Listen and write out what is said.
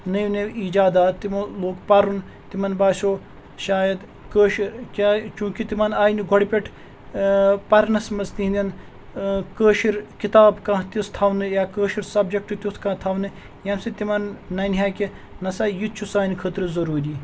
نٔوۍ نٔوۍ ایٖجادات تِمو لوگ پَرُن تِمَن باسیو شاید کٲشُہ کیٛاہ چوٗنٛکہِ تِمَن آیہِ نہٕ گۄڈٕ پٮ۪ٹھ پَرنَس منٛز تِہِنٛدٮ۪ن کٲشُر کِتاب کانٛہہ تِژھ تھاونہٕ یا کٲشُر سَبجَکٹ تیُتھ کانٛہہ تھاونہٕ ییٚمہِ سۭتۍ تِمَن نَنہِ ہا کہِ نَسا یہِ تہِ چھُ سانہِ خٲطرٕ ضٔروٗری